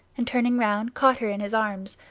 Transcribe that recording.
and turning round caught her in his arms,